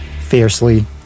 fiercely